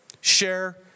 Share